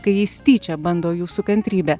kai jis tyčia bando jūsų kantrybę